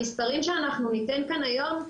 המספרים שניתן כאן היום,